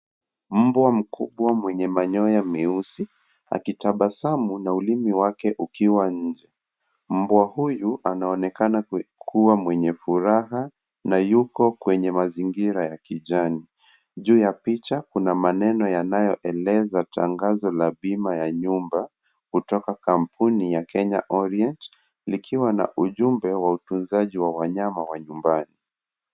Mbwa mkubwa mwenye manyoya meusi, akitabasamu na ulimi wake ukiwa ni, mbwa huyu anaonekana kuwa mwenye furaha na yuko kwenye mazingira ya kijani. Juu ya picha, kuna maneno yanayoeleza tangazo la bima ya nyumba kutoka kampuni ya Kenya Orient, likiwa na ujumbe wa utunzaji wa wanyama wa nyumbani.